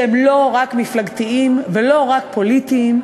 שהם לא רק מפלגתיים ולא רק פוליטיים,